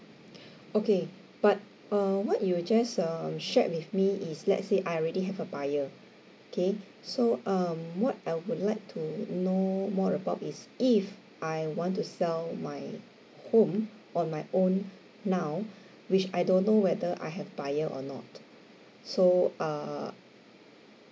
okay but err what you just um shared with me is let's say I already have a buyer okay so um what I would like to know more about is if I want to sell my home on my own now which I don't know whether I have a buyer or not so err